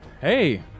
Hey